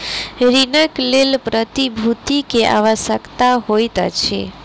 ऋणक लेल प्रतिभूति के आवश्यकता होइत अछि